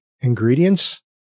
ingredients